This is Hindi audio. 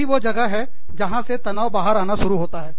यही वह जगह है जहां से तनाव बाहर आना शुरू होता है